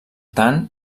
tant